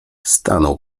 stanął